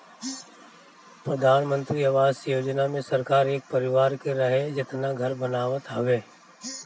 प्रधानमंत्री आवास योजना मे सरकार एक परिवार के रहे जेतना घर बनावत हवे